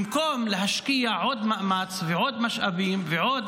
במקום להשקיע עוד מאמץ ועוד משאבים ועוד